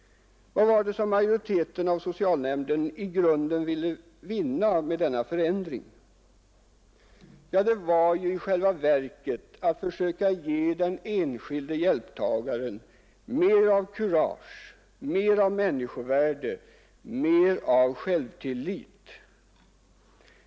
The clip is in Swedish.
Vad var det då som majoriteten inom Stockholms socialnämnd i grunden ville vinna med denna förändring? Jo, det var i själva verket att försöka ge den enskilde hjälptagaren mera kurage, större människovärde och bättre självtillit.